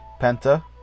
Penta